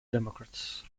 democrats